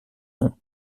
nom